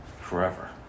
forever